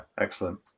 excellent